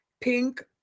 pink